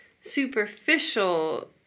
superficial